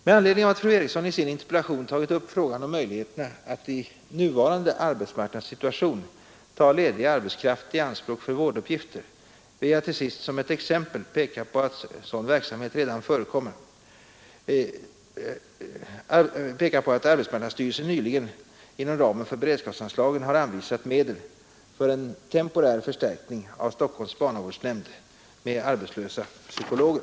Med anledning av att fru Eriksson i sin interpellation tagit upp frågan om möjligheterna att i nuvarande arbetsmarknadssituation ta ledig arbetskraft i anspråk för vårduppgifter vill jag till sist, som ett exempel på att sådan verksamhet redan förekommer, peka på att arbetsmarknadsstyrelsen nyligen inom ramen för beredskapsarbetsanslagen anvisat medel för en temporär förstärkning av Stockholms barnavårdsnämnd med arbetslösa psykologer.